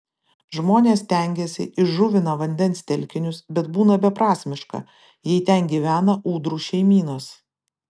žmonės stengiasi įžuvina vandens telkinius bet būna beprasmiška jei ten gyvena ūdrų šeimynos